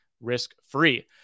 risk-free